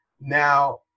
Now